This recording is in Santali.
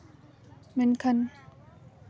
ᱢᱮᱱᱠᱷᱟᱱ